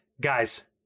guys